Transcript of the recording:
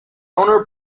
owner